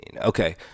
Okay